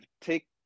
take